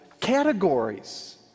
categories